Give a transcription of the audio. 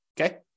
okay